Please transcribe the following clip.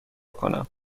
کنم